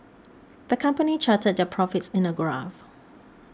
the company charted their profits in a graph